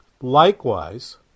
Likewise